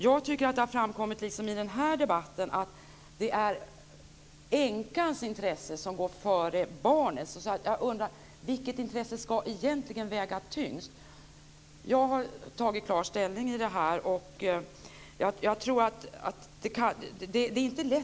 Jag tycker att det har framkommit i den här debatten att det är änkans intresse som går före barnets. Jag undrar: Vilket intresse ska egentligen väga tyngst? Jag har tagit klar ställning i det här.